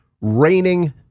raining